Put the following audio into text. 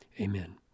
amen